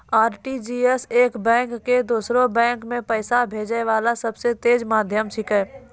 RTGS एक bank से दोसरो बैंक मे पैसा भेजै वाला सबसे तेज माध्यम छिकै